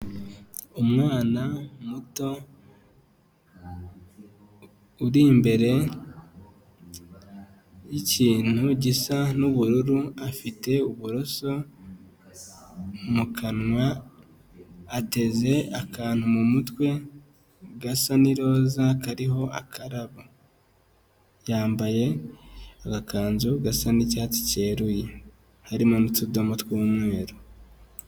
Umwana muto uri imbere y'ikintu gisa n'ubururu afite uburoso mu kanwa, ateze akantu mu mutwe gasa n'iroza kariho akarabo, yambaye agakanzu gasa n'icyatsi cyeruye harimo n'utudomo tw'umweru.